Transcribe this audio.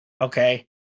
Okay